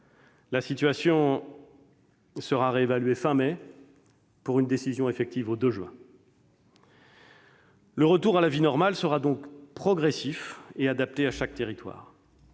La situation sera réévaluée fin mai pour une décision effective au 2 juin. Le retour à la vie normale sera donc progressif et adapté à chaque territoire.